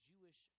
Jewish